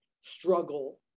struggle